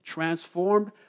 Transformed